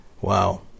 Wow